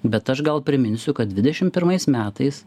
bet aš gal priminsiu kad dvidešimt pirmais metais